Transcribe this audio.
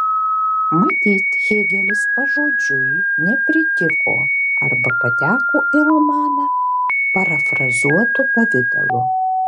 matyt hėgelis pažodžiui nepritiko arba pateko į romaną parafrazuotu pavidalu